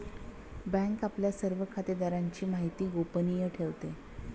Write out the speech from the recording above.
bank आपल्या सर्व खातेदारांची माहिती गोपनीय ठेवते